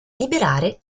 liberare